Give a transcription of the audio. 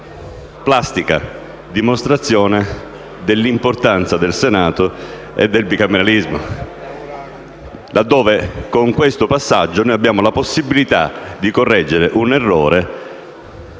plastica dimostrazione dell'importanza del Senato e del bicameralismo, laddove con questo passaggio noi abbiamo la possibilità di correggere un errore,